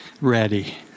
Ready